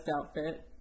outfit